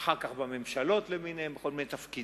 אחר כך בממשלות למיניהן, בכל מיני תפקידים.